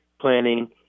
Planning